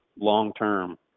long-term